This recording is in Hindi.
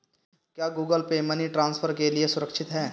क्या गूगल पे मनी ट्रांसफर के लिए सुरक्षित है?